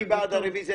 מי בעד הרביזיה?